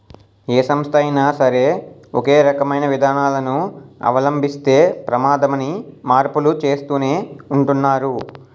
ఏ సంస్థ అయినా సరే ఒకే రకమైన విధానాలను అవలంబిస్తే ప్రమాదమని మార్పులు చేస్తూనే ఉంటున్నారు